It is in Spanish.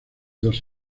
dos